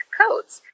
codes